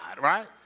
right